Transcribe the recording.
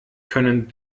können